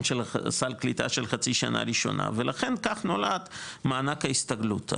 של סל קליטה של חצי שנה ראשונה ולכן כך נולד מענק ההסתגלות,